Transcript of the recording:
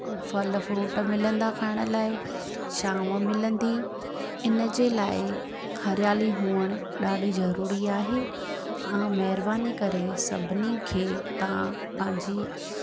फल फ्रूट मिलंदा खाइण लाइ छांव मिलंदी इन जे लाइ हरियाली हुअण ॾाढी ज़रूरी आहे आ महिरबानी करे सभिनी खे तव्हां पंहिंजी